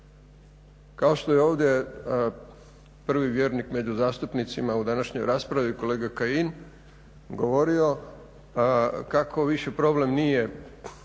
kao što je ovdje prvi vjernik među zastupnicima u današnjoj raspravi kolega Kajin govorio kako više problem nije u